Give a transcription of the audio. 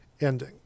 ending